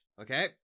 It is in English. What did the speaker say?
okay